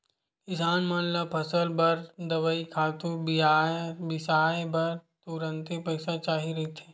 किसान मन ल फसल बर दवई, खातू बिसाए बर तुरते पइसा चाही रहिथे